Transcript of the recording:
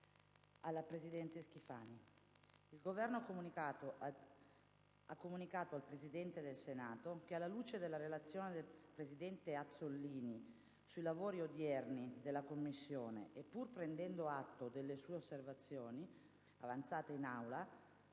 dal senatore Morando. Il Governo ha comunicato al Presidente del Senato che, alla luce della relazione del presidente Azzollini sui lavori odierni della Commissione e pur prendendo atto delle osservazioni avanzate in Aula